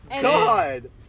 God